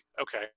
okay